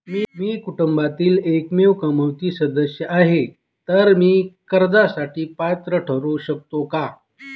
मी कुटुंबातील एकमेव कमावती सदस्य आहे, तर मी कर्जासाठी पात्र ठरु शकतो का?